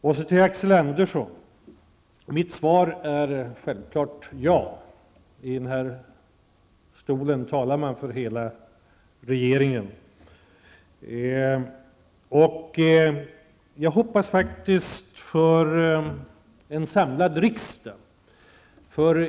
Mitt svar till Axel Andersson är självfallet ja. När jag står här i talarstolen talar jag för hela regeringen. Jag hoppas faktiskt på en samlad riksdag.